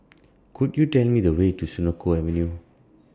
Could YOU Tell Me The Way to Senoko Avenue